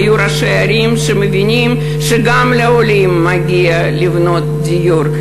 היו ראשי ערים שהבינו שגם לעולים מגיע דיור,